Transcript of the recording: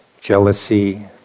jealousy